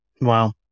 Wow